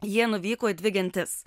jie nuvyko į dvi gentis